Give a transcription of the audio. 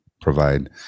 provide